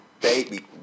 baby